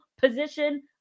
position